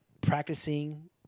practicing